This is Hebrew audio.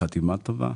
חתימה טובה.